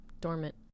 dormant